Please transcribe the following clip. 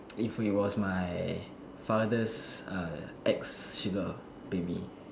if it was my father's err ex sugar baby